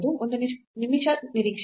ಒಂದು ನಿಮಿಷ ನಿರೀಕ್ಷಿಸಿ